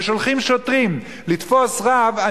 ושולחים שוטרים לתפוס רב,